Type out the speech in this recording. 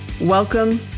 Welcome